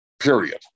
period